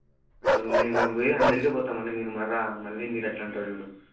మీరు మేము పోయేది హండ్రెడ్కి పోతాం అండి మీరు మర్ర మళ్ళీ మీరు ఎట్లా అంటారు చూడు